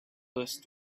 first